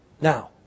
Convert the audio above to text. Now